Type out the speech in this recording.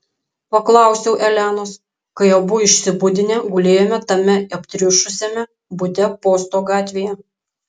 paklausiau elenos kai abu išsibudinę gulėjome tame aptriušusiame bute posto gatvėje